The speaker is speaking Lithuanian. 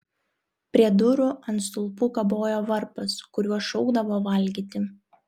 prie durų ant stulpų kabojo varpas kuriuo šaukdavo valgyti